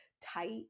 tight